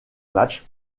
matches